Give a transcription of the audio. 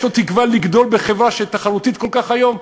יש לו תקווה לגדול בחברה תחרותית כל כך היום?